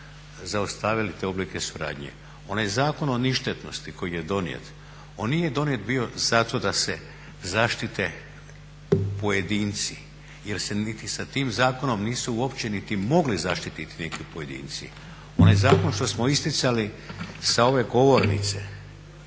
zaustavili te oblike suradnje. Onaj Zakon o ništetnosti koji je donijet on nije donijet bio zato da se zaštite pojedinci, jer se niti sa tim zakonom nisu uopće niti mogli zaštititi neki pojedinci. Onaj zakon što smo isticali sa ove govornice